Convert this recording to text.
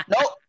nope